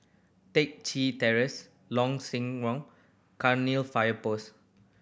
Teck Chye Terrace Long Sinaran Cairnill Fire Post